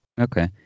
Okay